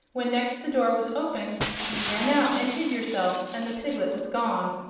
when next the door was opened you ran out and hid yourself and the piglet was gone.